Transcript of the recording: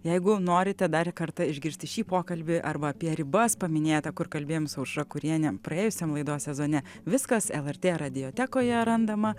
jeigu norite dar kartą išgirsti šį pokalbį arba apie ribas paminėtą kur kalbėjom su aušra kuriene praėjusiam laidos sezone viskas lrt radiotekoje randama